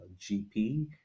GP